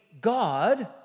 God